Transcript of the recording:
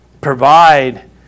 provide